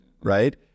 right